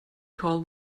call